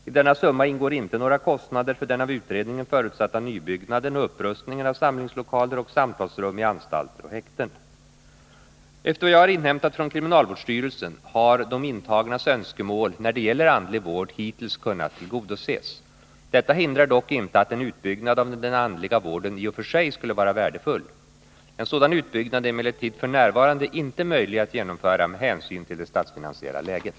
I denna summa ingår inte några kostnader för den av utredningen förutsatta nybyggnaden och upprustningen av samlingslokaler och samtalsrum i anstalter och häkten. Efter vad jag har inhämtat från kriminalvårdsstyrelsen har de intagnas önskemål när det gäller andlig vård hittills kunnat tillgodoses. Detta hindrar dock inte att en utbyggnad av den andliga vården i och för sig skulle vara värdefull. En sådan utbyggnad är emellertid f. n. inte möjlig att genomföra med hänsyn till det statsfinansiella läget.